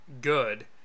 good